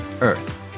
earth